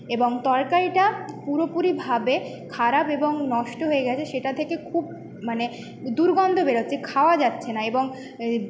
এবং তরকারিটা পুরোপুরিভাবে খারাপ এবং নষ্ট হয়ে গেছে সেটা থেকে খুব মানে দুর্গন্ধ বেরোচ্ছে খাওয়া যাচ্ছে না এবং